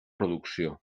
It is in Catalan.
producció